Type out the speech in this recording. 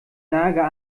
nager